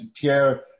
Pierre